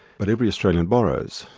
but every australian borrows,